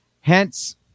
Hence